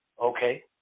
Okay